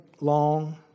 long